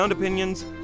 Opinions